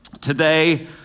Today